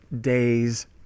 Days